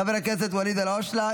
חבר הכנסת ואליד אלהואשלה,